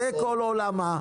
זה כל עולמה,